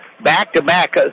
back-to-back